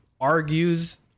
argues